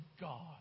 God